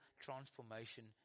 transformation